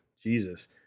Jesus